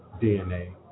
DNA